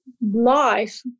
life